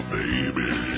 baby